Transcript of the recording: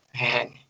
man